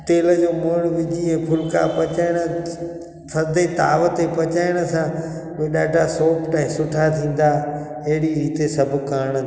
तेल जो मुइणु विझी ऐं फुलिका पचाइणा थधे ताव ते पचाइण सां उहे ॾाढा सोफ्ट ऐं सुठा थींदा अहिड़ी रीति सभु करणु